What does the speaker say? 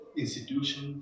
institution